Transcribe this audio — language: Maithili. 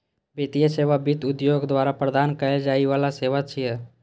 वित्तीय सेवा वित्त उद्योग द्वारा प्रदान कैल जाइ बला सेवा छियै